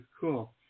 cool